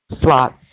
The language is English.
slots